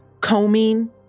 combing